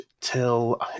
till